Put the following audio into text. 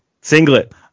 Singlet